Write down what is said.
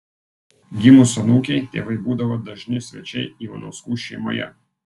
gimus anūkei tėvai būdavo dažni svečiai ivanauskų šeimoje